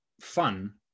fun